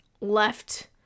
left